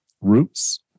Roots